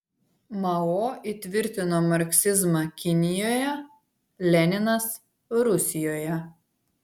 mao įtvirtino marksizmą kinijoje leninas rusijoje